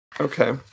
Okay